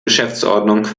geschäftsordnung